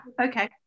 okay